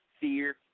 fear